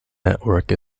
network